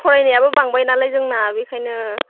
फरायनायाबो बांबाय नालाय जोंना बेखायनो